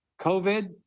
COVID